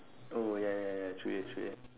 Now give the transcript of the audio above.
oh ya ya ya true that true that